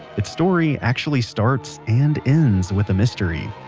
its story actually starts, and ends with a mystery.